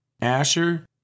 Asher